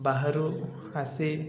ବାହାରୁ ଆସି